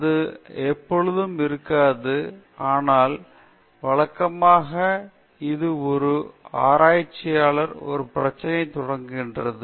இது எப்பொழுதும் இருக்காது ஆனால் வழக்கமாக இது ஒரு ஆராய்ச்சியாளர் ஒரு பிரச்சனை தொடங்குகிறது